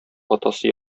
атасы